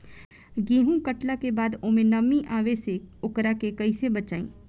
गेंहू कटला के बाद ओमे नमी आवे से ओकरा के कैसे बचाई?